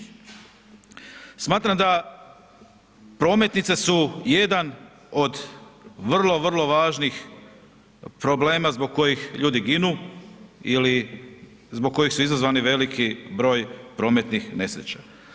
Smatram da prometnice su jedan od vrlo, vrlo važnih problema zbog kojih ljudi ginu ili zbog kojih su izazvani veliki broj prometnih nesreća.